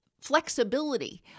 flexibility